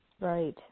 Right